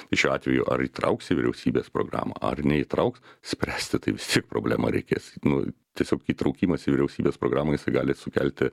tai šiuo atveju ar įtrauks į vyriausybės programą ar neįtrauks spręsti tai vis tiek problemą reikės nu tiesiog įtraukimas į vyriausybės programą jisai gali sukelti